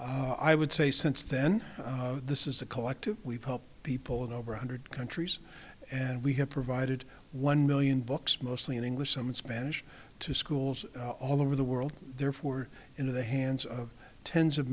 i would say since then this is a collective we've helped people in over a hundred countries and we have provided one million books mostly in english some in spanish to schools all over the world therefore into the hands of tens of